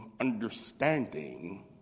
understanding